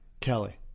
Kelly